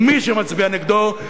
ומי שמצביע נגדו,